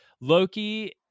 Loki